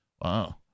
Wow